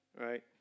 right